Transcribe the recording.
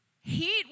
Heat